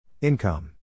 Income